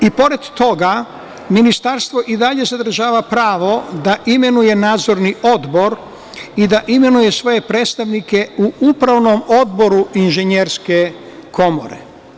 Pored toga, Ministarstvo i dalje zadržava pravo da imenuje nadzorni odbor i da imenuje svoje predstavnike u upravnom odboru Inženjerske komore.